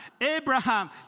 Abraham